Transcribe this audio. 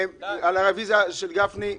מי בעד הרביזיה של גפני?